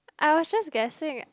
I was just guessing